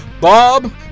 Bob